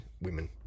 women